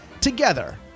together